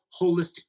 holistic